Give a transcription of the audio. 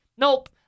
Nope